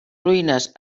ruïnes